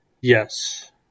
Yes